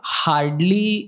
hardly